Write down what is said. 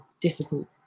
difficult